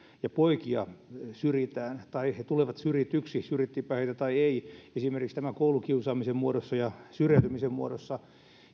ja poikia sukupuolena syrjitään tai he tulevat syrjityksi syrjittiinpä heitä tai ei esimerkiksi koulukiusaamisen muodossa ja syrjäytymisen muodossa